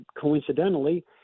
coincidentally